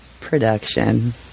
production